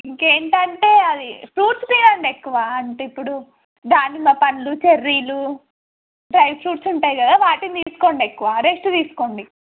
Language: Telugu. ఇంకేంటంటే అది ఫ్రూట్స్ తినండి ఎక్కువ అంటే ఇప్పుడు దానిమ్మ్ పళ్ళు చెర్రీలు డ్రై ఫ్రూట్స్ ఉంటాయి కదా వాటిని తీసుకోండి ఎక్కువ రెస్ట్ తీసుకోండి